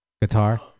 guitar